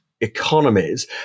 economies